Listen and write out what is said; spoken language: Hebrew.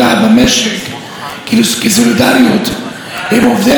זאת תהיה מהמוצדקות שבשביתות.